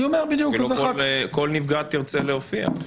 כי לא כל נפגעת תרצה להופיע.